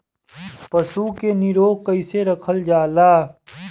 पशु के निरोग कईसे रखल जाला?